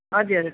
हजुर